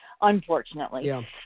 unfortunately